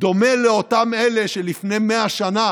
דומה לאותם אלה שלפני 100 שנה